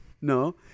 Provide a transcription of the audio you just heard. No